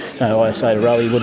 so i say, rowy, but